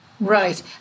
Right